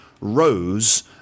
rose